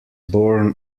born